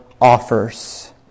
offers